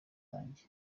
banjye